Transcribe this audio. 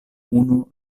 unu